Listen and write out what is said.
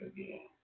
Again